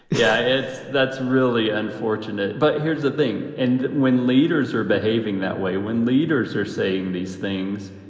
yeah, it's that's really unfortunate. but here's the thing. and when leaders are behaving that way, when leaders are saying these things,